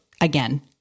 again